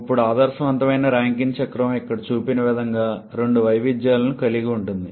ఇప్పుడు ఆదర్శవంతమైన రాంకైన్ చక్రం ఇక్కడ చూపిన విధంగా రెండు వైవిధ్యాలను కలిగి ఉంటుంది